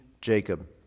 Jacob